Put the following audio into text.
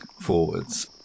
forwards